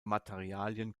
materialien